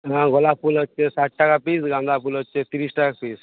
হ্যাঁ গোলাপ ফুল হচ্ছে ষাট টাকা পিস গাঁন্দা ফুল হচ্ছে তিরিশ টাকা পিস